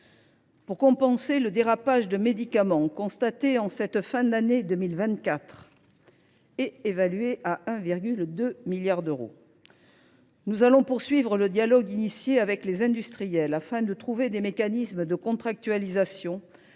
Pour compenser le dérapage constaté sur les médicaments en cette fin d’année 2024 et évalué à 1,2 milliard d’euros, nous allons poursuivre le dialogue engagé avec les industriels, afin de trouver des mécanismes de contractualisation